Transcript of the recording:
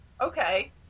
Okay